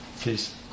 Please